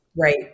right